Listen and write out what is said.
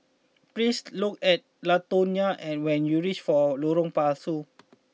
please look at Latonya and when you reach Lorong Pasu